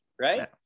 right